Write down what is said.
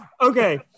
Okay